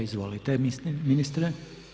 Izvolite, ministre.